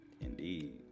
indeed